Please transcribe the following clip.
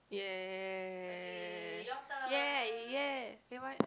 ya ya ya ya ya ya ya !yay! !yay! okay what